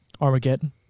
Armageddon